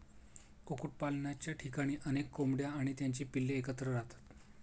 कुक्कुटपालनाच्या ठिकाणी अनेक कोंबड्या आणि त्यांची पिल्ले एकत्र राहतात